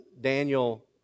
Daniel